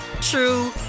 true